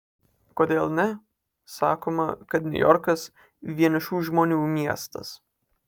kodėl ne sakoma kad niujorkas vienišų žmonių miestas